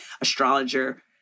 astrologer